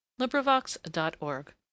LibriVox.org